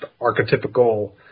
archetypical